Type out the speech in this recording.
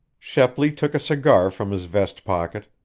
shepley took a cigar from his vest pocket,